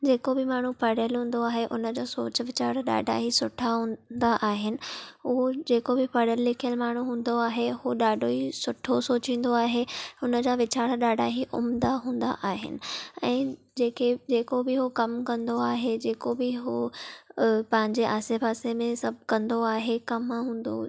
जेको बि माण्हू पढ़ियल हूंदो आहे उन जा सोच विचार ॾाढा ई सुठा हूंदा आहिनि उहो जेको बि पढ़ियल लिखियल माण्हू हूंदो आहे हू ॾाढो ई सुठो सोचींदो आहे हुन जा वीचार ॾाढा ई उम्दा हूंदा आहिनि ऐं जेके जेको बि हो कमु कंदो आहे जेको बि हो पंहिंजे आसे पासे में सभु कंदो आहे कमु हूंदो